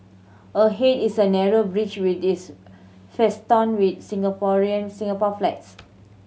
ahead is a narrow bridge with this festooned with Singaporean Singapore flags